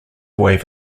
wave